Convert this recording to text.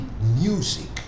music